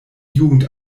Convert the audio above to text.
jugend